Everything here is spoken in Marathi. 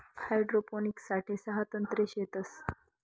हाइड्रोपोनिक्स साठे सहा तंत्रे शेतस